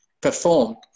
perform